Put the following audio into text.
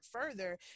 further